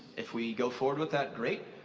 if we go forward with that great.